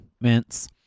mints